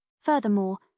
Furthermore